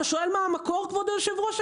אתה שואל מה המקור, כבוד היושב-ראש?